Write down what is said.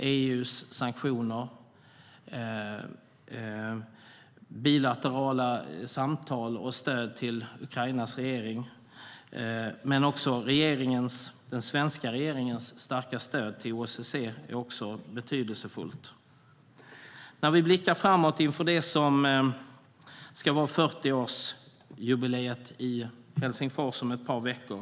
EU:s sanktioner, bilaterala samtal och stöd till Ukrainas regering men också den svenska regeringens starka stöd har stor betydelse. Vi blickar framåt inför 40-årsjubileet i Helsingfors om ett par veckor.